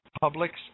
publics